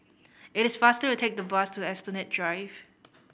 it is faster to take the bus to Esplanade Drive